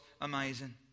amazing